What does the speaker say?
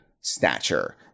stature